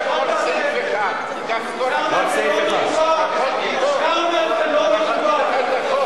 לסעיפים 6 ו-7 אין הסתייגויות.